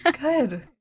Good